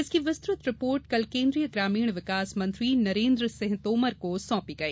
जिसकी विस्तृत रिपोर्ट कल केन्द्रीय ग्रामीण विकास मंत्री नरेन्द्र सिंह तोमर को सौपी गई